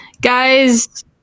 Guys